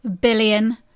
billion